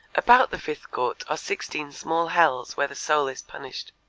about the fifth court are sixteen small hells where the soul is punished.